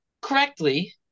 correctly